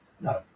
no